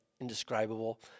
indescribable